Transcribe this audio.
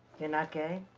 you're not gay?